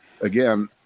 Again